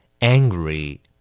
Angry